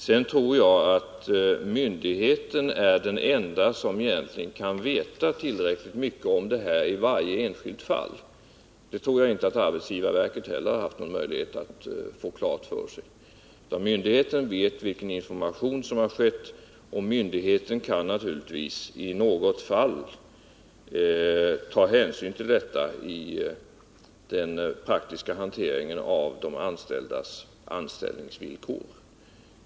Det är endast myndigheten som har tillräcklig kännedom om situationen i varje enskilt fall — den tror jag inte att arbetsgivarverket har haft någon möjlighet att få klar för sig. Myndigheten vet vilken information som lämnats och myndigheten kan naturligtvis i något fall ta hänsyn till detta i den praktiska hanteringen av personalens anställningsvillkor.